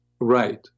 right